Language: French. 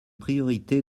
priorités